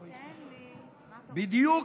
בדיוק,